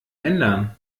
ändern